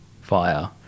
fire